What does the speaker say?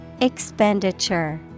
Expenditure